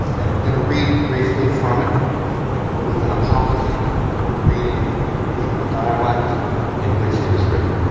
i'm gonna read briefly from it with an apology for reading in the dialect in which it is written.